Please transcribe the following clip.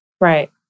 Right